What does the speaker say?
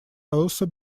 also